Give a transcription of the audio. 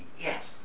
yes